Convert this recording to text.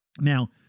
Now